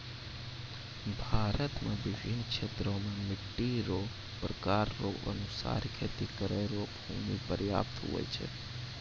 भारत मे बिभिन्न क्षेत्र मे मट्टी रो प्रकार रो अनुसार खेती करै रो भूमी प्रयाप्त हुवै छै